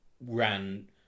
ran